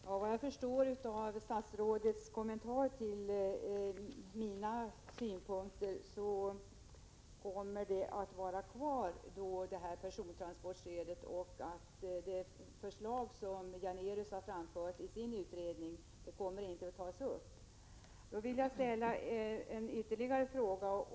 Herr talman! Såvitt jag förstår av statsrådets kommentarer till mina synpunkter kommer persontransportstödet att vara kvar, och det förslag som Kaj Janérus har framfört i sin utredning kommer inte att tas upp. Jag vill därför ställa en ytterligare fråga.